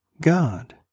God